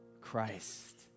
Christ